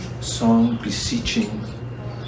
song-beseeching